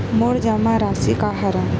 मोर जमा राशि का हरय?